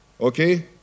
Okay